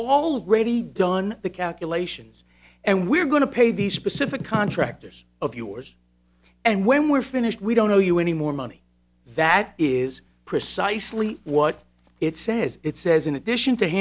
already done the calculations and we're going to pay these specific contractors of yours and when we're finished we don't owe you any more money that is precisely what it says it says in addition to